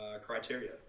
criteria